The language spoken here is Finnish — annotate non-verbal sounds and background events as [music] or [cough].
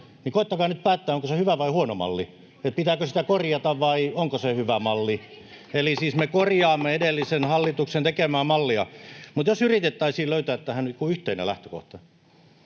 koettakaa nyt päättää, onko se hyvä vai huono malli, että pitääkö sitä korjata vai onko se hyvä malli. [noise] Eli me siis korjaamme edellisen hallituksen tekemää mallia. Mutta jos yritettäisiin löytää tähän yhteinen lähtökohta.